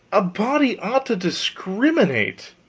a body ought to discriminate